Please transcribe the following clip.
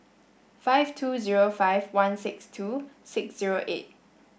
five two zero five one six two six zero eight